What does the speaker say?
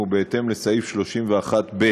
ובהתאם לסעיף 31(ב)